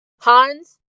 Hans